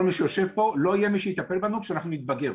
כל מי שיושב פה לא יהיה מי שיטפל בנו כשאנחנו נתבגר.